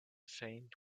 faint